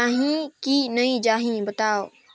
जाही की नइ जाही बताव?